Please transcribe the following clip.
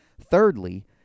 Thirdly